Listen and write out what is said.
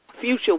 future